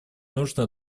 нужно